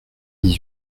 dix